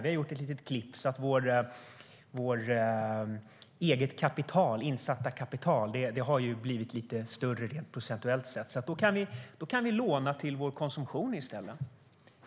Vi har gjort ett litet klipp. Vårt eget insatta kapital har blivit lite större rent procentuellt sett. Då kan vi låna till vår konsumtion i stället."